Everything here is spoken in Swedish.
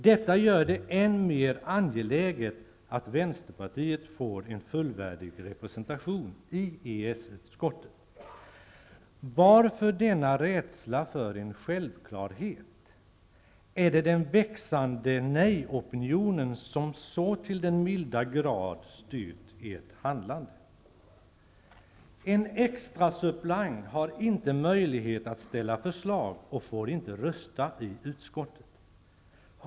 Detta gör det än mer angeläget att Vänsterpartiet får en fullvärdig representation i EES-utskottet. Varför denna rädsla för en självklarhet? Är det den växande nejopinionen som så till den milda grad har styrt ert handlande? En extrasuppleant har inte möjlighet att ställa förslag och får inte rösta i utskottet.